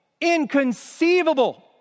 Inconceivable